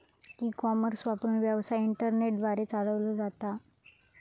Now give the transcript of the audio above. E commerce वापरून, व्यवसाय internet द्वारे चालवलो जाता